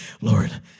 lord